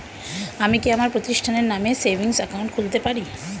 আমি কি আমার প্রতিষ্ঠানের নামে সেভিংস একাউন্ট খুলতে পারি?